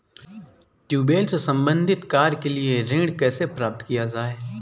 Tubewell से संबंधित कार्य के लिए ऋण कैसे प्राप्त किया जाए?